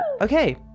okay